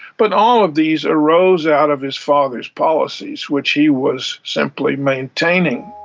but all of these arose out of his father's policies which he was simply maintaining.